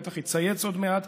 בטח יצייץ עוד מעט,